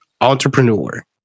entrepreneur